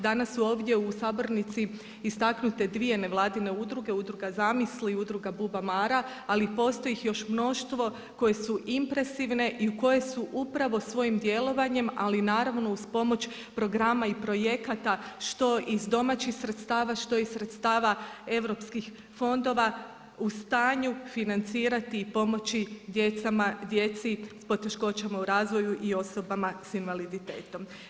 Danas su ovdje u sabornici istaknute dvije nevladine udruge, udruga „Zamisli“ i udruga „Bubamara“ ali postoji ih još mnoštvo koje su impresivne i koje su upravo svojim djelovanjem ali i naravno uz pomoć programa i projekata što iz domaćih sredstava, što iz sredstava europskih fondova u stanju financirati i pomoći djeci sa poteškoćama u razvoju i osobama sa invaliditetom.